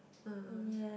uh um